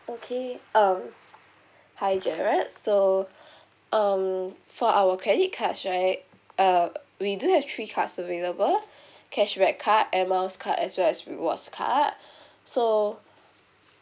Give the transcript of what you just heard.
okay um hi gerard so um for our credit cards right uh we do have three cards available cashback card air miles card as well as rewards card so